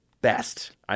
best